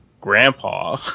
grandpa